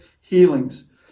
healings